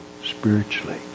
spiritually